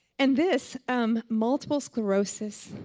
and, this um multiple sclerosis.